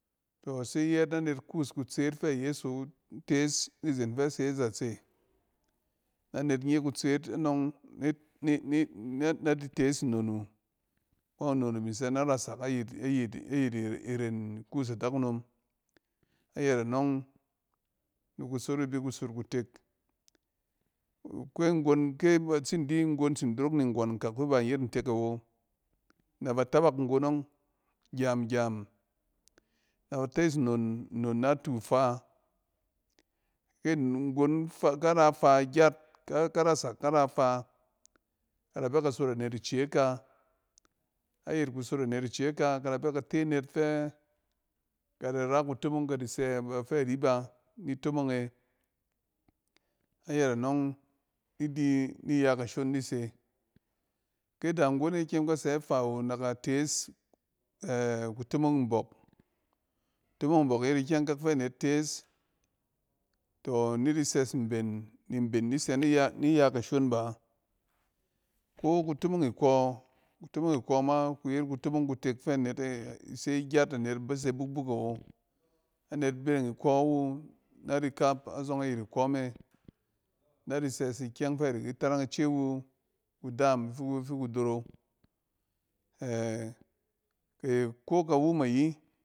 Tↄ ise yɛɛt na net kuus fɛ a yeso tees izen fɛ se azatse, na net nye kutset anↄng vit nɛ-na di tees nnon wu nↄng nnon wu da sɛ na rasak ayit ir-iren ikuus adakunom. Ayɛt anↄng ni kusot e bi ku sot kutek. Akweng nngon ke ba di nggon tsin dorok ni nggↄn kak fɛ nan yet ntek awo, na ba tabak nngon ↄng gyam. Nɛ ba tes nnon natu fa. Ke n-nggon f-ka ra fa gyat ka-ka rasak ka ra ifa, kada bɛ ka sot anet ice ka ayɛt kusot anet ice ka, ka da bɛ k ate anet fɛ ka da ra kutomong kadi sɛ ba bfv rib a ni tomong e. Ayɛt anↄng ni di niya kashon di se. ki da nggon e kyem ka sɛ ifa awo, nɛ ka tees kutomong mbↄk. kutomong mbↄk yet ikyɛng kak fɛ net tees. Tↄ ni di sɛs mben, ni mben ni sɛ iya-iya kashon ba. Ko kutomong ikↄ, kutomong ikↄ ma ku yet kutomong kutek fɛ anet ise gyat anet ba se buk-buk awo. Anet bereng ikↄ me na si sɛs ikyɛng fɛ di ki tareng ke wu kudɛɛm fik-fi ku toro. ko kawum ayi